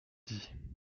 dit